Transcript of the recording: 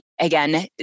again